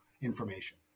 information